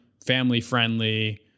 family-friendly